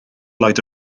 lloyd